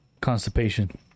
Constipation